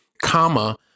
comma